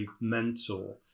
mentor